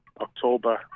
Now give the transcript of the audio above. October